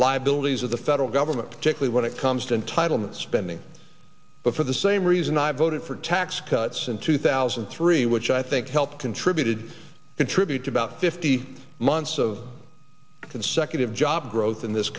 liabilities of the federal government particularly when it comes to entitlement spending but for the same reason i voted for tax cuts in two thousand and three which i think helped contributed contribute to about fifty months of consecutive job growth in this